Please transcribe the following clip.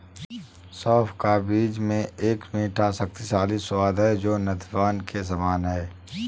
सौंफ का बीज में एक मीठा, शक्तिशाली स्वाद है जो नद्यपान के समान है